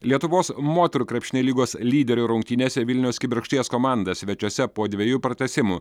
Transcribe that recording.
lietuvos moterų krepšinio lygos lyderių rungtynėse vilniaus kibirkšties komanda svečiuose po dviejų pratęsimų